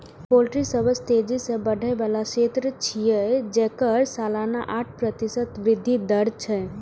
poultry सबसं तेजी सं बढ़ै बला क्षेत्र छियै, जेकर सालाना आठ प्रतिशत वृद्धि दर छै